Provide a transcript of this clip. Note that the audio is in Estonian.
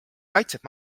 kaitseb